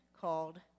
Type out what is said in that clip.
called